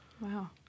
Wow